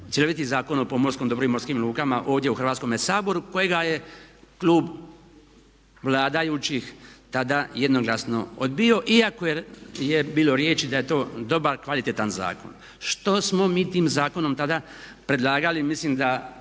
cjeloviti Zakon o pomorskom dobru i morskim lukama ovdje u Hrvatskome saboru kojega je klub vladajućih tada jednoglasno odbio iako je bilo riječi da je to dobar kvalitetan zakon. Što smo mi tim zakonom tada predlagali mislim da